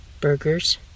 Burgers